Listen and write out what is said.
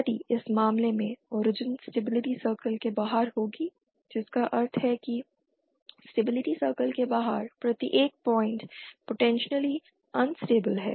यदि इस मामले में ओरिजिन स्टेबिलिटी सर्कल के बाहर होगी जिसका अर्थ है कि स्टेबिलिटी सर्कल के बाहर प्रत्येक पॉइन्ट पोटेंशियली अनस्टेबिल है